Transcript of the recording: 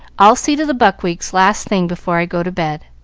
i'll see to the buckwheats last thing before i go to bed.